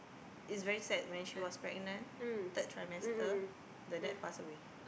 is very sad when she was pregnant third trimester the dad passed away